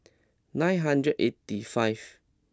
nine hundred eighty five